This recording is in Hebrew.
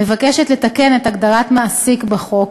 מבקשת לתקן את הגדרת "מעסיק" בחוק